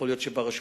יכול להיות שברשות,